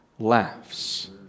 laughs